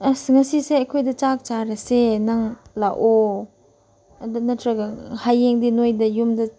ꯑꯁ ꯉꯁꯤꯁꯦ ꯑꯩꯈꯣꯏꯗ ꯆꯥꯛ ꯆꯥꯔꯁꯦ ꯅꯪ ꯂꯥꯛꯑꯣ ꯑꯗꯨ ꯅꯠꯇ꯭ꯔꯒ ꯍꯌꯦꯡꯗꯤ ꯅꯣꯏꯗ ꯌꯨꯝꯗ